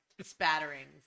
spatterings